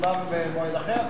תשובה במועד אחר?